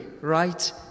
right